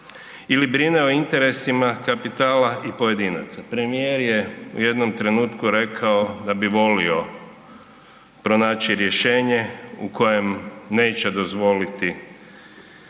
ili brine o interesima kapitala i pojedinaca? Premijer je u jednom trenutku rekao da bi volio pronaći rješenje u kojem neće dozvoliti